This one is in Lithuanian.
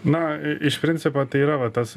na iš principo tai yra va tas